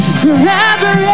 forever